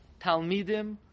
Talmidim